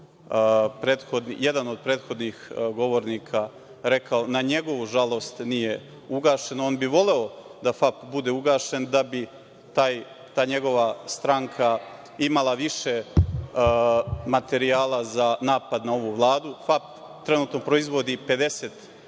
jedan od prethodnih govornika rekao, na njegovu žalost nije ugašen. On bi voleo da FAP bude ugašen da bi ta njegova stranka imala više materijala za napad na ovu Vladu. FAP trenutno proizvodi 50 kamiona